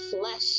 flesh